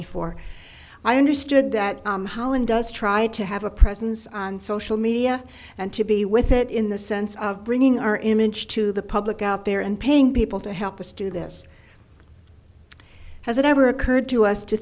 before i understood that holland does try to have a presence on social media and to be with it in the sense of bringing our image to the public out there and paying people to help us do this has it ever occurred to us to